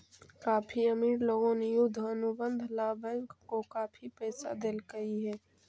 काफी अमीर लोगों ने युद्ध अनुबंध ला बैंक को काफी पैसा देलकइ हे